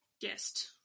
guest